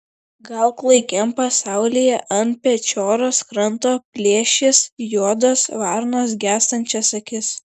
gal klaikiam pasaulyje ant pečioros kranto plėšys juodos varnos gęstančias akis